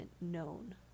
known